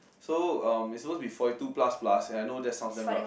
so um it's supposed to be forty two plus plus and I know that sounds damn rabz